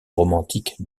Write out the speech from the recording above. romantiques